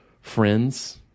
friends